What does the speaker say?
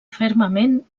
fermament